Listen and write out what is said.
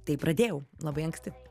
tai pradėjau labai anksti